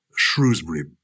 Shrewsbury